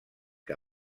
que